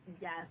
Yes